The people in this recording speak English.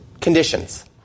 conditions